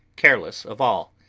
careless of all.